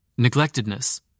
Neglectedness